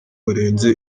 barenze